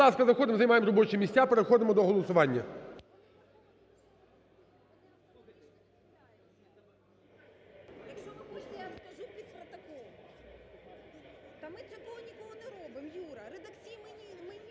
Будь ласка, заходимо, займаємо робочі місця. Переходимо до голосування.